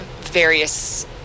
various